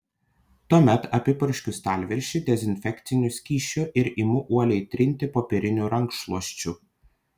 tuomet apipurškiu stalviršį dezinfekciniu skysčiu ir imu uoliai trinti popieriniu rankšluosčiu